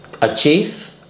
Achieve